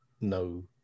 no